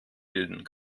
bilden